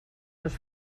les